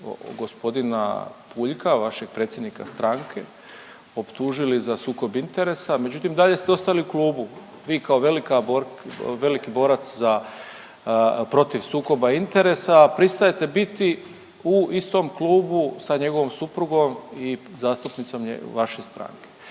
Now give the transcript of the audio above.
gospodina Puljka vašeg predsjednika stranke optužili za sukob interesa međutim i dalje ste ostali u klubu. Vi kao velika, veliki borac za protiv sukoba interesa, a pristajete biti u istom klubu sa njegovom suprugom i zastupnicom vaše stranke.